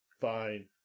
fine